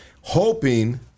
hoping